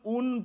un